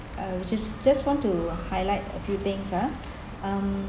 uh just just want to highlight a few things ah um